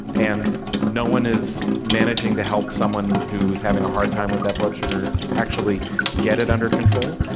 and no one is managing to help someone who is having a hard time with that blood sugar actually get it under control,